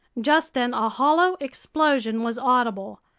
just then a hollow explosion was audible.